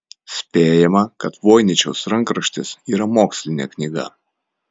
spėjama kad voiničiaus rankraštis yra mokslinė knyga